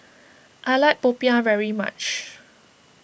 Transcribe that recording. I like Popiah very much